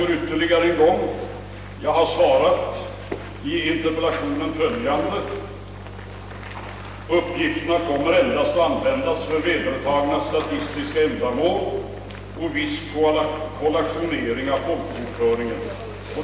I mitt svar på frågorna har jag framhållit följande: >Uppgifterna kommer endast att användas för vedertagna statistiska ändamål och viss kollationering av folkbokföringen.